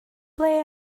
ble